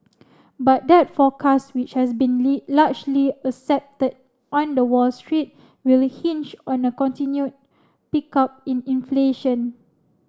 but that forecast which has been largely accepted on the Wall Street will hinge on a continued pickup in inflation